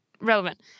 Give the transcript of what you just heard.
Relevant